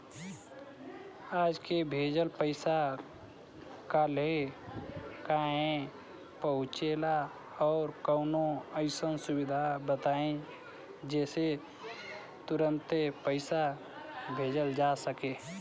आज के भेजल पैसा कालहे काहे पहुचेला और कौनों अइसन सुविधा बताई जेसे तुरंते पैसा भेजल जा सके?